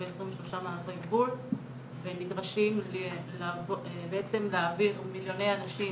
ב- 23 מעברי גבול ונדרשים להעביר מיליוני אנשים,